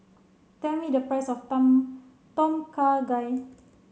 tell me the price of Tom Tom Kha Gai